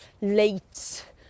late